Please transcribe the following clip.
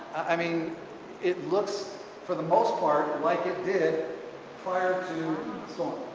i mean it looks for the most part like it did prior to so